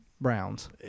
Browns